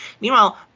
Meanwhile